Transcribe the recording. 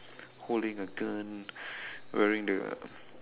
holding a gun wearing the